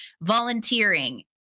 volunteering